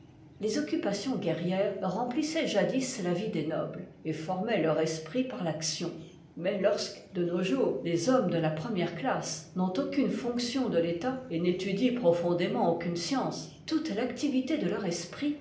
les occupations guerrières remplissaient jadis la vie des nobles et formaient leur esprit par l'action mais lorsque de nos jours les hommes de la première classe n'ont aucune fonction de l'état et n'étudient profondément aucune science toute l'activité de leur esprit